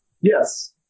Yes